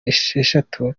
esheshatu